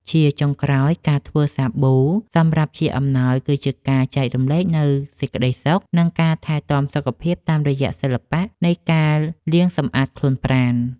ជាចុងក្រោយ ការធ្វើសាប៊ូសម្រាប់ជាអំណោយគឺជាការចែករំលែកនូវសេចក្តីសុខ និងការថែទាំសុខភាពតាមរយៈសិល្បៈនៃការលាងសម្អាតខ្លួនប្រាណ។